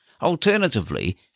Alternatively